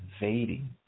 invading